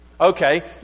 Okay